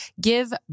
give